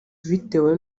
bitewe